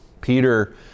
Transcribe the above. Peter